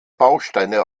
bausteine